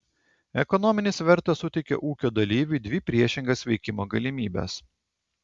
ekonominis svertas suteikia ūkio dalyviui dvi priešingas veikimo galimybes